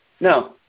No